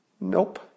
Nope